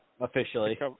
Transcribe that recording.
officially